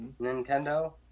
Nintendo